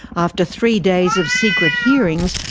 after three days of secret hearings,